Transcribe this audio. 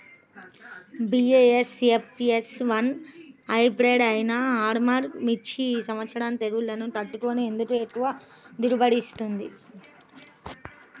BASF F one hybrid అయినా ఆర్ముర్ మిర్చి ఈ సంవత్సరం తెగుళ్లును తట్టుకొని ఎందుకు ఎక్కువ దిగుబడి ఇచ్చింది?